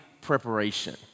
preparation